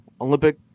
Olympic